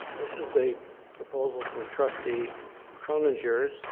this is a proposal for trustee croninger